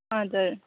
हजुर